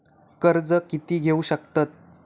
कर्ज कीती घेऊ शकतत?